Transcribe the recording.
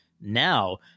now